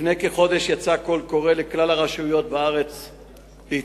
לפני כחודש יצא קול קורא לכלל הרשויות בארץ להצטרף.